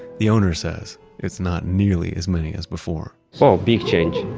the owner says it's not nearly as many as before so, a big change.